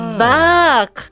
back